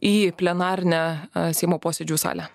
į plenarinę seimo posėdžių salę